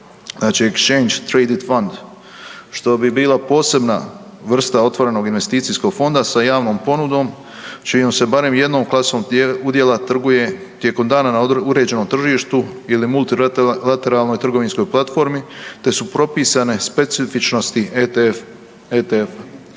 Exchange traded fund što bi bila posebna vrsta otvorenog investicijskog fonda sa javnom ponudom čijom se barem jednom klasom udjela trguje tijekom dana na uređenom tržištu ili multilateralnoj trgovinskoj platformi te su propisane specifičnosti ETF-a.